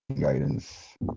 guidance